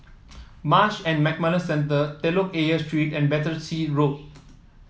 Marsh and McLennan Centre Telok Ayer Street and Battersea Road